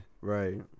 Right